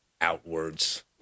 outwards